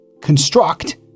construct